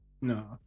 no